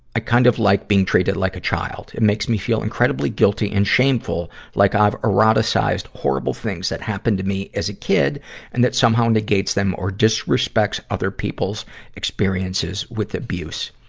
i kind of like being treated like a child, it makes me feel incredibly guilty and shameful, like i've eroticized horrible things that happened to me as a kid and that somehow negates them or disrespects other people's experiences with abuse.